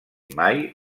mai